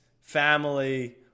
family